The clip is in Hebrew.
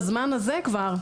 בזמן הזה כבר,